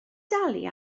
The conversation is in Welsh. dalu